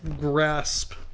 grasp